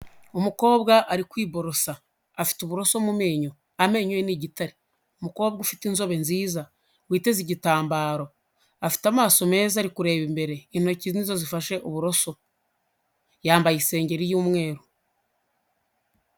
Umukobwa ari kwiborosa, afite uburoso mu menyo, amenyo ye n'igitare, umukobwa ufite inzobe nziza, witeze igitambaro, afite amaso meza, ari kureba imbere, intoki nizo zifashe uburoso, yambaye isengeri y'umweru.